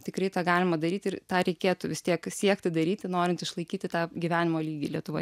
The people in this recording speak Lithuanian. tikrai tą galima daryti ir tą reikėtų vis tiek siekti daryti norint išlaikyti tą gyvenimo lygį lietuvoj